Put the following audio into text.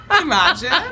imagine